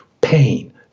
pain